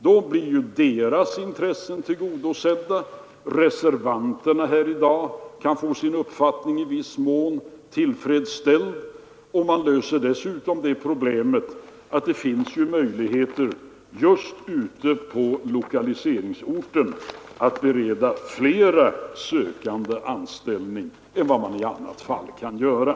Då blir ju deras intressen tillgodosedda, reservanterna i dag kan få sina önskemål i viss mån tillfredsställda, och man skapar dessutom möjligheter ute på lokaliseringsorten att bereda flera sökande anställning än man i annat fall kan göra.